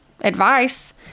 advice